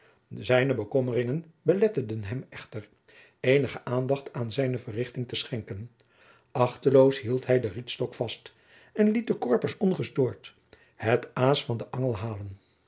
zijne bekommeringen beletteden hem echter eenigen aandacht aan zijne verrichting te schenken achteloos hield hij den rietstok vast en liet de korpers ongestoord het aas van den angel halen